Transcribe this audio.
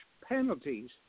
penalties